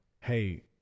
Hey